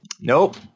Nope